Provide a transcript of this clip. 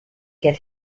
get